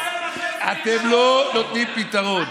אתם לא נותנים פתרון.